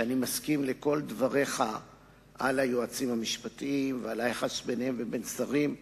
שאני מסכים לכל דבריך על היועצים המשפטיים ועל היחס ביניהם ובין שרים.